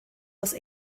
los